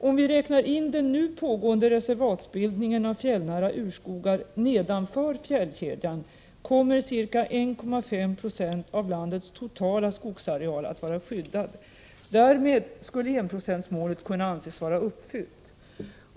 Om vi räknar in den nu pågående reservatsbildningen av fjällnära urskogar nedanför fjällkedjan, kommer ca 1,5 2 av landets totala skogsareal att vara skyddad. Därmed skulle enprocentsmålet kunna anses vara uppfyllt.